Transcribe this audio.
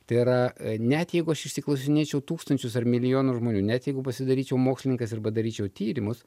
tai yra net jeigu aš išsiklausinėčiau tūkstančius ar milijonus žmonių net jeigu pasidaryčiau mokslininkas ir padaryčiau tyrimus